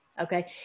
okay